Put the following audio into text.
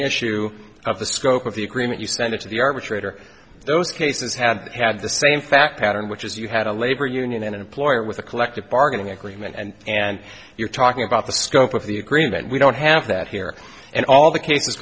issue of the scope of the agreement you send it to the arbitrator those cases had had the same fact pattern which is you had a labor union an employer with a collective bargaining agreement and and you're talking about the scope of the agreement we don't have that here and all the cases